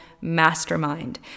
mastermind